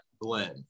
blend